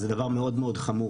זה דבר מאוד חמור.